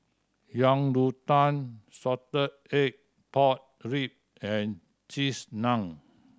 Yang Rou Tang salted egg pork ribs and Cheese Naan